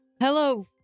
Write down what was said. Hello